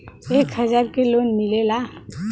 एक हजार के लोन मिलेला?